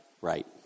Right